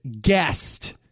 Guest